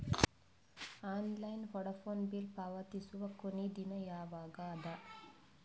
Online Vodafone bill ಪಾವತಿಸುವ ಕೊನಿ ದಿನ ಯವಾಗ ಅದ?